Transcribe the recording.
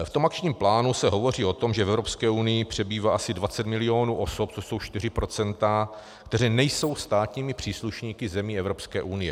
V tom akčním plánu se hovoří o tom, že v Evropské unii přebývá asi 20 mil. osob, to jsou čtyři procenta, kteří nejsou státními příslušníky zemí Evropské unie.